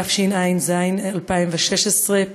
התשע"ז 2016,